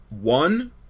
one